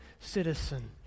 citizen